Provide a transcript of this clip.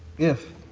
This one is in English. if,